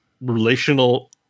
relational